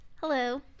hello